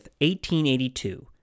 1882